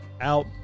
out